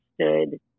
stood